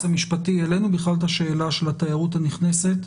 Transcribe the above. המשפטי העלינו בכלל את השאלה של התיירות הנכנסת.